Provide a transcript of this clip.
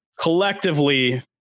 collectively